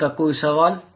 अब तक कोई सवाल